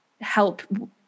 help